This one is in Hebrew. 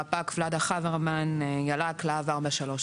רפ"ק ולדה חברמן, יאל"כ, להב 433,